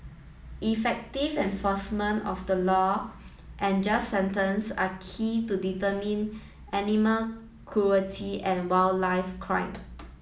effective enforcement of the law and just sentence are key to deterring animal cruelty and wildlife crime